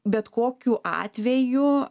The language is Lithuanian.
bet kokiu atveju